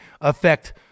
affect